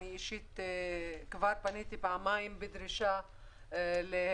אני אישית כבר פניתי פעמיים בדרישה להקל